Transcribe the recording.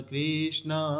Krishna